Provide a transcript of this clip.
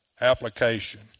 application